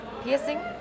piercing